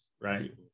right